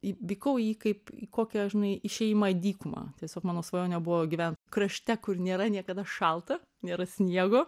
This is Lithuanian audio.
į vykau į jį kaip kokią žinai išėjimą į dykumą tiesiog mano svajonė buvo gyvent krašte kur nėra niekada šalta nėra sniego